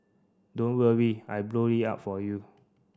don't worry I blow it up for you